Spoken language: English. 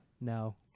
No